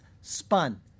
spun